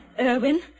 Irwin